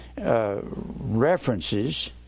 references